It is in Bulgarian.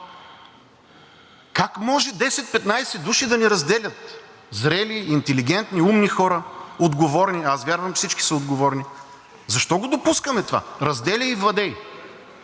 Как може 10 – 15 души да ни разделят? Зрели, интелигентни, умни хора, отговорни, аз вярвам, че всички са отговорни, защо го допускаме това? Разделяй и владей.